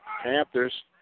Panthers